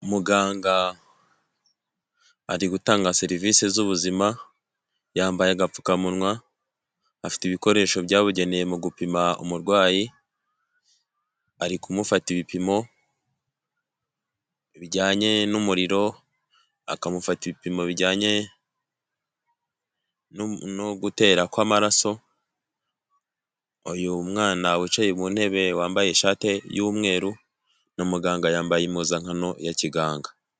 Umuganga ari gutanga serivisi z'ubuzima yambaye agapfukamunwa, afite ibikoresho byabugenewe mu gupima umurwayi arimufata ibipimo bijyanye n'umuriro, akamufata ibipimo no gutera kwamaraso, uyu mwana wicaye mu ntebe wambaye ishati y'umweru na muganga yambaye impuzankano ya kiganga.